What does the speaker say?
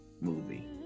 movie